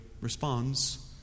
responds